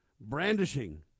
brandishing